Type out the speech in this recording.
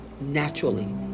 naturally